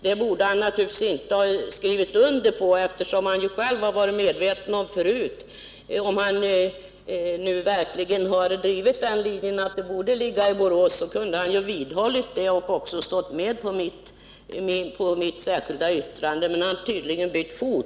Det borde han naturligtvis inte skrivit under. Om han nu verkligen drivit linjen att den borde ligga i Borås, kunde han vidhållit detta och stått med på mitt särskilda yttrande, men han har tydligen bytt fot.